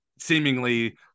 seemingly